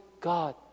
God